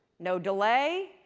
no delay,